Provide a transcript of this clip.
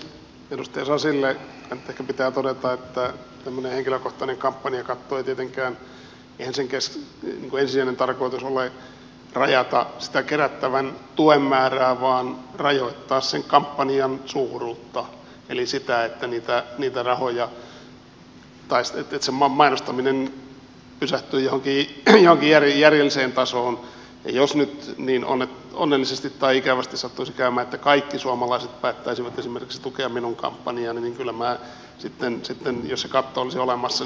edustaja sasille nyt ehkä pitää todeta että tämmöisen henkilökohtaisen kampanjakaton ensisijainen tarkoitus ei tietenkään ole rajata sitä kerättävän tuen määrää vaan rajoittaa sen kampanjan suuruutta eli sitä että se mainostaminen pysähtyy johonkin järjelliseen tasoon ja jos nyt niin onnellisesti tai ikävästi sattuisi käymään että kaikki suomalaiset päättäisivät esimerkiksi tukea minun kampanjaani niin kyllä minä sitten jos se katto olisi olemassa jaksaisin palauttaa